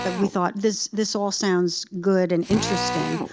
ah we thought, this this all sounds good and interesting.